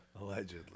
allegedly